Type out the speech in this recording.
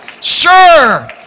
Sure